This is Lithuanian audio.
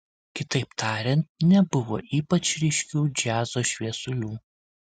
kitaip tariant nebuvo ypač ryškių džiazo šviesulių